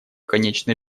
конечный